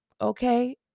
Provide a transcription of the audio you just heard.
okay